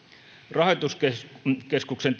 rahoituskeskuksen